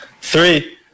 Three